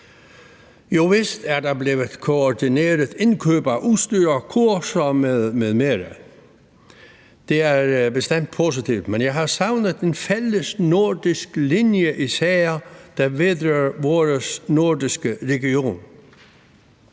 Jovist er der blevet koordineret indkøb af udstyr og kurser m.m., og det er bestemt positivt, men jeg har savnet en fælles nordisk linje i sager, der vedrører vores nordiske region.